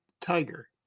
Tiger